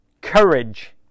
courage